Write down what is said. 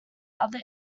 other